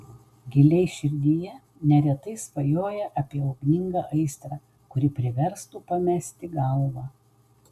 giliai širdyje neretai svajoja apie ugningą aistrą kuri priverstų pamesti galvą